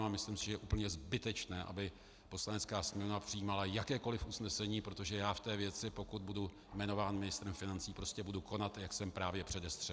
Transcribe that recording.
A myslím si, že je úplně zbytečné, aby Poslanecká sněmovna přijímala jakékoliv usnesení, protože já v té věci, pokud budu jmenován ministrem financí, prostě budu konat, jak jsem právě předestřel.